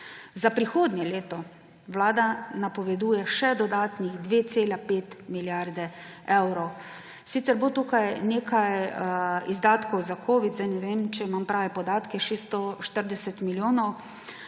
Za prihodnje leto Vlada napoveduje še dodatnih 2,5 milijarde evrov. Sicer bo tukaj nekaj izdatkov za covid, zdaj ne vem, če imam prave podatke, 640 milijonov,